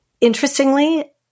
interestingly